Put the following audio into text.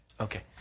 Okay